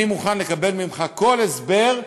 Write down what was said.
אני מוכן לקבל ממך כל הסבר,